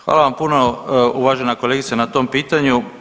Hvala vam puno uvažena kolegice na tom pitanju.